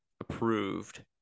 approved